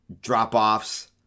drop-offs